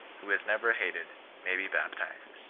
who has never hated, may be baptized